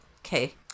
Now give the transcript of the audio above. okay